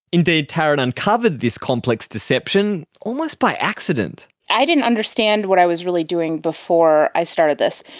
indeed, taryn uncovered this complex deception almost by accident. i didn't understand what i was really doing before i started this.